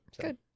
Good